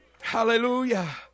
Hallelujah